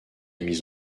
mise